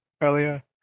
earlier